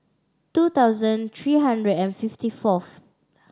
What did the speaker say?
two thousand three hundred and fifty fourth